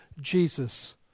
Jesus